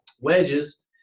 wedges